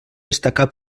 destacar